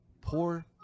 poor